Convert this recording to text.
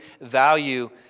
value